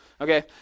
Okay